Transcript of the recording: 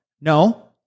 no